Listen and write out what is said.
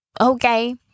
okay